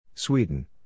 Sweden